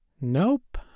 Nope